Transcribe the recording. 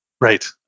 right